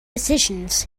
decisions